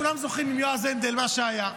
כולם זוכרים עם יועז הנדל מה שהיה.